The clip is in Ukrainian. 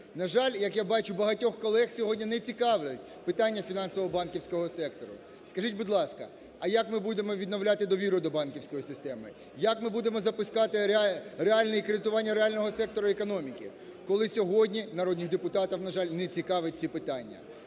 На жаль, як я бачу, багатьох колег сьогодні не цікавлять питання фінансово-банківського сектору. Скажіть, будь ласка, а як ми будемо відновляти довіру до банківської системи, як ми будемо запускати реальне кредитування реального сектору економіки, коли сьогодні народних депутатів, на жаль, не цікавлять ці питання.